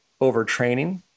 overtraining